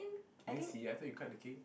you didn't see I thought you cut the cake